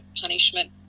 punishment